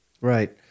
right